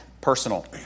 personal